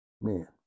Man